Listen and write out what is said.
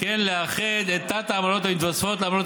וכן לאחד את תת-עמלות המתווספות לעמלות